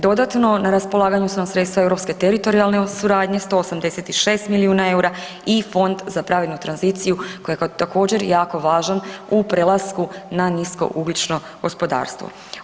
Dodatno, na raspolaganju su nam sredstva Europske teritorijalne suradnje 186 milijuna EUR-a i Fond za pravednu tranziciju koji je također jako važan u prelasku na nisko ugljično gospodarstvo.